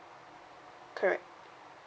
correct